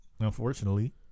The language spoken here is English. unfortunately